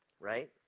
right